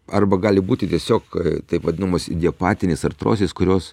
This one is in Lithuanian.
arba gali būti tiesiog taip vadinamos idiopatinės artrozės kurios